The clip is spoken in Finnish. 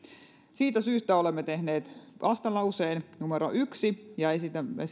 siitä syystä olemme tehneet vastalauseen numero yksi ja esitämme